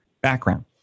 background